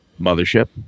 Mothership